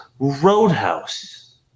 roadhouse